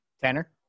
Tanner